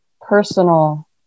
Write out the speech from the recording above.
personal